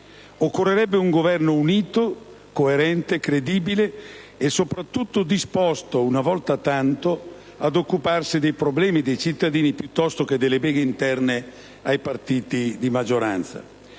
occorrerebbe un Governo unito, coerente, credibile e, soprattutto, disposto, una volta tanto, ad occuparsi dei problemi dei cittadini piuttosto che delle beghe interne ai partiti di maggioranza.